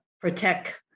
protect